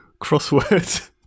crossword